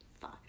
five